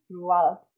throughout